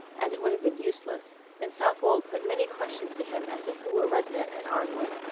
as it would have been useless and southwold put many questions to him as to who were resident at arnwood.